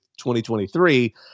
2023